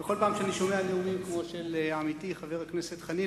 בכל פעם שאני שומע נאומים כמו של עמיתי חבר הכנסת חנין,